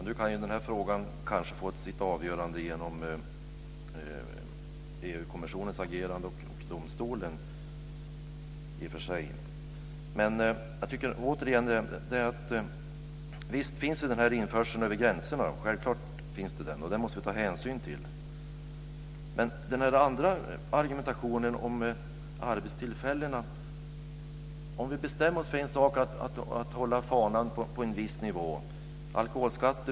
Fru talman! Nu kan i och för sig den här frågan få sitt avgörande genom EU-kommissionens och domstolens agerande. Visst förekommer det självklart införsel över gränserna, och det måste vi ta hänsyn till. Men när det gäller argumentationen om arbetstillfällena får vi bestämma oss för att hålla fanan på en viss nivå.